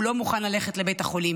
הוא לא מוכן ללכת לבית החולים.